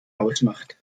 ausmacht